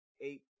eight